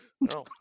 no